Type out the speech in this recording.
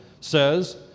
says